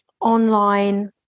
online